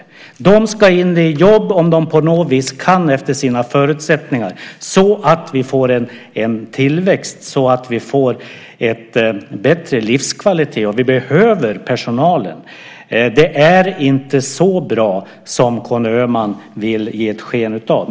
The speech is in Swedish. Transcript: Dessa människor ska in i jobb om de på något sätt kan efter sina förutsättningar, så att vi får en tillväxt och en bättre livskvalitet. Och vi behöver personalen. Det är inte så bra som Conny Öhman vill ge ett sken av.